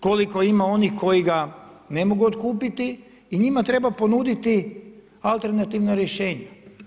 Koliko ima onih koji ga ne mogu otkupiti i njima treba ponuditi alternativna rješenja.